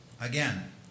Again